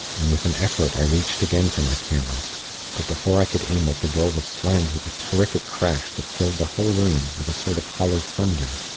and with an effort i reached again for my camera but before i could aim it the door was slammed with a terrific crash that filled the whole room with a sort of hollow thunder.